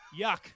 yuck